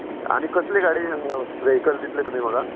आनी कसली गाडी वेहीकल दितले तुमी म्हाका